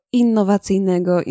innowacyjnego